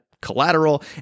collateral